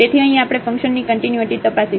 તેથી અહીં આપણે ફંકશનની કન્ટિન્યુટી તપાસીશું